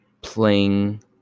playing